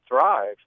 thrive